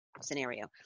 scenario